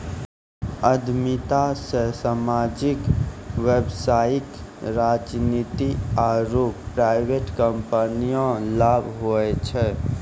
उद्यमिता से सामाजिक व्यवसायिक राजनीतिक आरु प्राइवेट कम्पनीमे लाभ हुवै छै